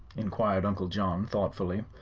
inquired uncle john, thoughtfully.